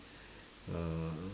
uh